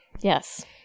yes